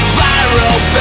viral